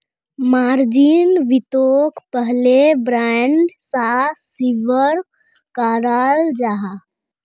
margin वित्तोक पहले bond सा स्विकाराल जाहा